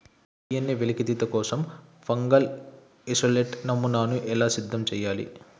DNA వెలికితీత కోసం fungal isolate నమూనాను ఎలా సిద్ధం చెయ్యాలి?